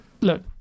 Look